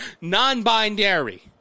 non-binary